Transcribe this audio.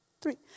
three